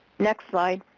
next slide.